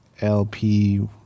LP